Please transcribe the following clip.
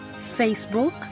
Facebook